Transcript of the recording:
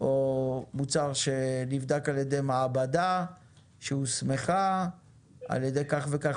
או מוצר שנבדק על ידי מעבדה שהוסמכה על ידי כך וכך.